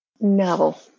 No